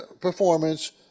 performance